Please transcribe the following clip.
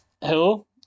Hello